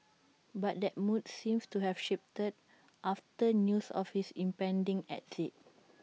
but that mood seems to have shifted after news of his impending exit